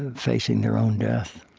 and facing their own death,